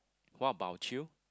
what about you